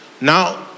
Now